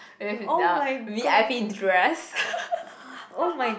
with the V_I_P dress